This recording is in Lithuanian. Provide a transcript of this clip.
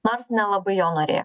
nors nelabai jo norėjo